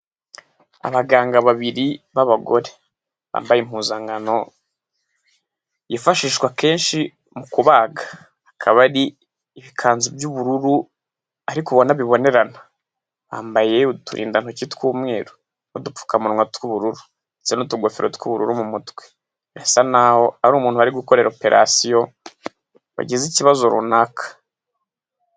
Abaganga babiri b'abagore bambaye impuzankano yifashishwa kenshi mu kubaga, akaba ari ibikanzu by'ubururu ariko ubona bibonerana bambaye uturindantoki tw'umweru, n'udupfukamunwa tw'ubururu ndetse n'utugofero tw'ubururu mu mutwe, birasa ni aho ari umuntu bari gukorera operasiyo wagize ikibazo runaka.